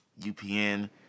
UPN